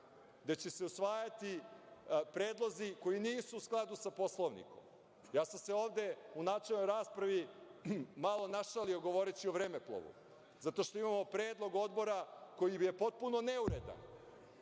da će se usvajati predlozi koji nisu u skladu sa Poslovnikom? Ja sam se ovde u načelnoj raspravi malo našalio govoreći o vremeplovu, zato što imamo predlog odbora koji je potpuno neuredan,